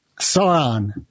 Sauron